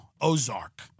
Ozark